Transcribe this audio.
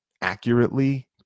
accurately